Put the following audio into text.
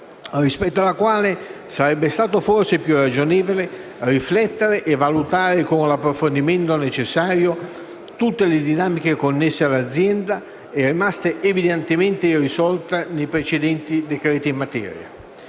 rispetto alla quale sarebbe stato forse più ragionevole riflettere e valutare con l'approfondimento necessario tutte le dinamiche connesse all'azienda e rimaste evidentemente irrisolte dai precedenti decreti in materia.